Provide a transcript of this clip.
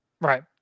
Right